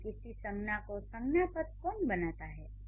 यानी किसी संज्ञा को संज्ञा पद कौन बनाता है